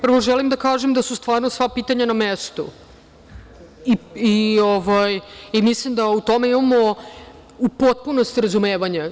Prvo želim da kažem da su stvarno sva pitanja na mestu i mislim da u tome imamo u potpunosti razumevanja.